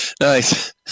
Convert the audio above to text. Nice